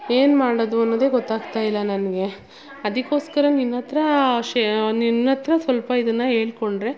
ಏನು ಮಾಡೋದು ಅನ್ನೋದೆ ಗೊತ್ತಾಗ್ತಾ ಇಲ್ಲ ನನಗೆ ಅದಕ್ಕೋಸ್ಕರ ನಿನ್ನ ಹತ್ರ ಶೇ ನಿನ್ನ ಹತ್ರ ಸ್ವಲ್ಪ ಇದನ್ನು ಹೇಳಿಕೊಂಡ್ರೆ